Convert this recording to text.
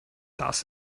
das